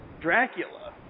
Dracula